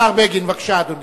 השר בגין, בבקשה, אדוני.